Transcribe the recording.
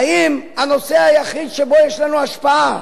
האם הנושא היחיד שבו יש לנו השפעה,